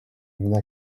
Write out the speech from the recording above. une